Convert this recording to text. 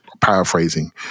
paraphrasing